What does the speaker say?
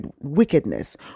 wickedness